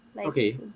Okay